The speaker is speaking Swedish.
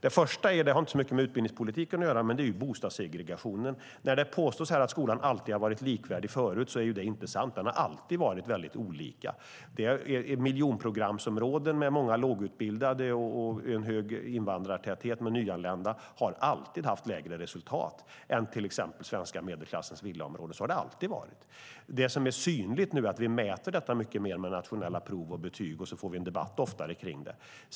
Det första har inte så mycket med utbildningspolitiken att göra, utan det är bostadssegregationen. När det påstås här att skolan alltid har varit likvärdig förut är det inte sant. Den har alltid varit väldigt olika. Miljonprogramsområden med många lågutbildade och en hög invandrartäthet med nyanlända har alltid haft lägre resultat än till exempel den svenska medelklassens villaområden. Så har det alltid varit. Det som är synligt nu är att vi mäter detta mycket mer med nationella prov och betyg, och så får vi oftare en debatt kring det.